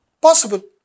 Possible